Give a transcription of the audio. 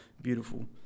beautiful